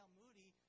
Moody